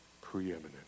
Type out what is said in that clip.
preeminent